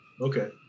Okay